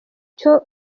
cyo